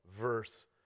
verse